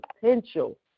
potential